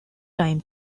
time